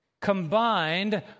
combined